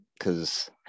Cause